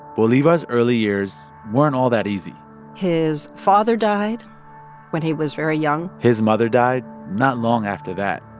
bolivar's early years weren't all that easy his father died when he was very young his mother died not long after that.